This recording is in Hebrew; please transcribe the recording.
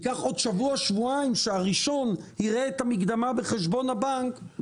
ייקח עוד שבוע-שבועיים שהראשון יראה את המקדמה בחשבון הבנק.